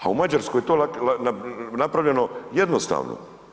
Pa u Mađarskoj je to napravljeno jednostavno.